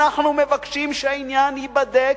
אנחנו מבקשים שהעניין ייבדק,